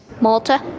Malta